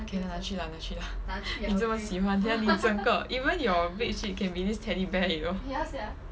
okay lah 拿去啦拿去啦你这么喜欢等下你整个 even your bed sheets can be this teddy bear you know